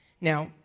Now